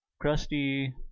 crusty